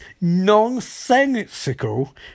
nonsensical